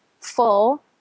full